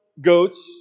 goats